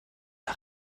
der